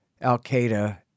Al-Qaeda